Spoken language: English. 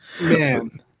man